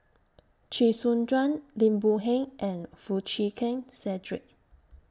Chee Soon Juan Lim Boon Heng and Foo Chee Keng Cedric